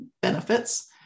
benefits